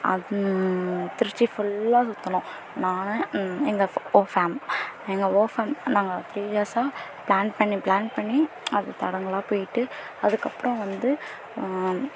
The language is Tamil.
அந் திருச்சி ஃபுல்லாக சுற்றினோம் நான் எங்கள் ஓ ஃபேம் எங்கள் ஓ ஃபேம் நாங்கள் த்ரீ இயர்ஸாக பிளான் பண்ணி பிளான் பண்ணி அது தடங்கலாக போய்கிட்டு அதுக்கு அப்புறம் வந்து